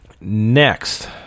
Next